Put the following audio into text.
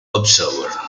observer